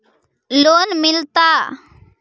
Loan मिलता?